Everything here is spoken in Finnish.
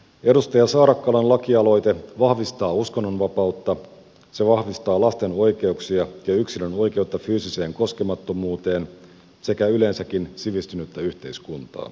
edustaja saarakkalan lakialoite vahvistaa uskonnonvapautta se vahvistaa lasten oikeuksia ja yksilön oikeutta fyysiseen koskemattomuuteen sekä yleensäkin sivistynyttä yhteiskuntaa